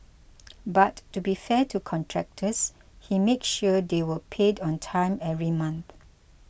but to be fair to contractors he made sure they were paid on time every month